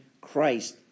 Christ